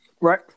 right